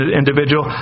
individual